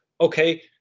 okay